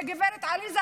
גב' עליזה,